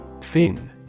Fin